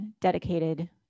dedicated